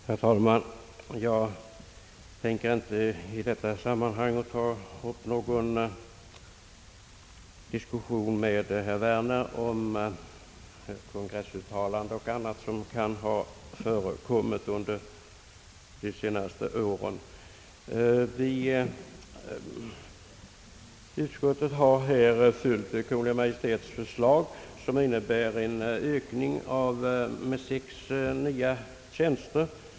Herr talman! Jag tänker inte i detta sammanhang ta upp någon diskussion med herr Werner om kongressuttalanden och annat, som kan ha förekommit de senaste åren. Utskottet har följt Kungl. Maj:ts förslag i denna fråga, vilket innebär en ökning med sex nya tjänster.